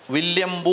William